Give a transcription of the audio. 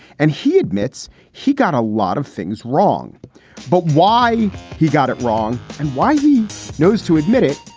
and he admits he got a lot of things wrong but why he got it wrong and why he knows to admit it.